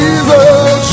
Jesus